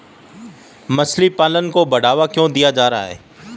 मछली पालन को बढ़ावा क्यों दिया जा रहा है?